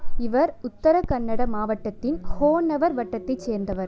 இவர் உத்தர கன்னட மாவட்டத்தின் ஹோன்னவர் வட்டத்தைச் சேர்ந்தவர்